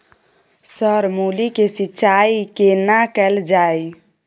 Sir मूली के सिंचाई केना कैल जाए?